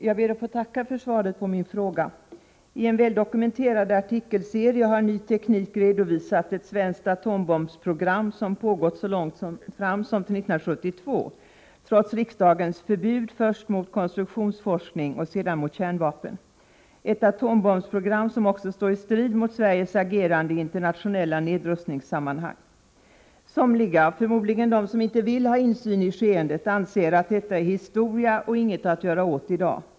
Herr talman! Jag tackar för svaret på min fråga. I en väldokumenterad artikelserie har Ny Teknik redovisat ett svenskt atombombsprogram, som pågått så långt fram som till 1972 trots riksdagens förbud — först mot konstruktionsforskning och sedan mot kärnvapen. Det är ett atombombsprogram som också står i strid mot Sveriges agerande i internationella nedrustningssammanhang. Somliga — förmodligen de som inte vill ha insyn i skeendet — anser att detta är historia och inget att göra åt i dag.